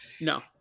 No